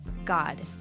God